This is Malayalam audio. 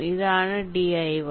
ഇതാണ് di1